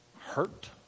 hurt